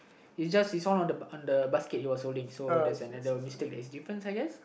it's just it's all on the on the basket he was holding so there's another mistake that is different I guess